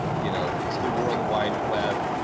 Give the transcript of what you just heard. you know the world wide web,